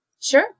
Sure